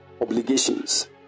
obligations